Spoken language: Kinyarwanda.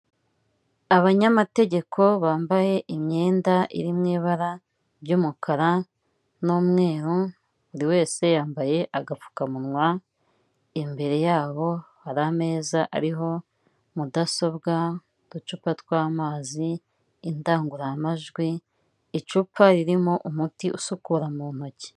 Abanyamategeko bambaye imyenda iri mu ibara ry'umukara n'umweru, buri wese yambaye agapfukamunwa, imbere yabo hari ameza ariho mudasobwa, uducupa tw'amazi, indangururamajwi, icupa ririmo umuti usukura mu ntoki.